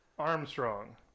Armstrong